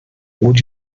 would